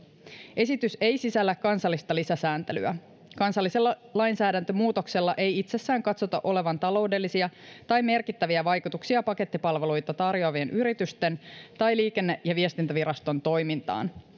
esitys ei sisällä kansallista lisäsääntelyä kansallisella lainsäädäntömuutoksella ei itsessään katsota olevan taloudellisia tai merkittäviä vaikutuksia pakettipalveluita tarjoavien yritysten tai liikenne ja viestintäviraston toimintaan